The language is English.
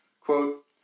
quote